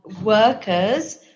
workers